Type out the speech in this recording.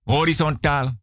Horizontal